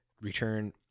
Return